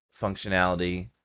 functionality